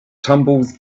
tumbles